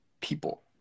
people